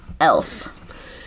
Elf